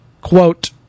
quote